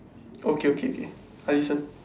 okay okay K I listen